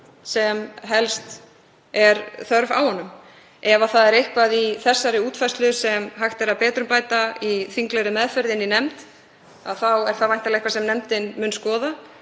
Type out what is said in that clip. sem helst er þörf á honum. Ef það er eitthvað í þessari útfærslu sem hægt væri að betrumbæta í þinglegri meðferð í nefnd er það væntanlega eitthvað sem nefndin mun skoða.